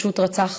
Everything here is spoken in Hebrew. פשוט רצח